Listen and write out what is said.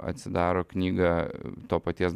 atsidaro knygą to paties